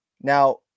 Now